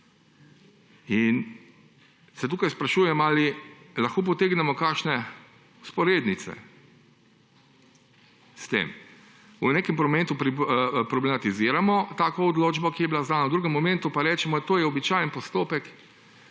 In se tukaj sprašujem, ali lahko potegnemo kakšne vzporednice s tem. V nekem momentu problematiziramo tako odločbo, ki je bila izdana, v drugem momentu pa rečemo, da je to običajen postopek,